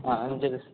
ആ